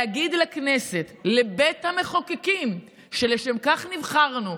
להגיד לכנסת, לבית המחוקקים, שלשם כך נבחרנו,